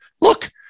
look